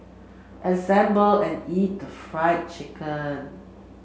assemble and eat fried chicken